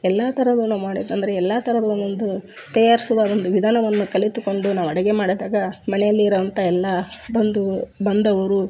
ಎಲ್ಲ ಥರವನ್ನು ಮಾಡಿದ ಅಂದರೆ ಎಲ್ಲ ಥರದ್ ಒಂದೊಂದು ತಯಾರಿಸುವ ಒಂದು ವಿಧಾನವನ್ನು ಕಲಿತುಕೊಂಡು ನಾವು ಅಡುಗೆ ಮಾಡಿದಾಗ ಮನೆಯಲ್ಲಿರೊವಂಥ ಎಲ್ಲ ಬಂದು ಬಂದವರು